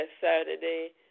Saturday